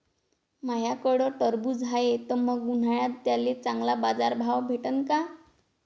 माह्याकडं टरबूज हाये त मंग उन्हाळ्यात त्याले चांगला बाजार भाव भेटन का?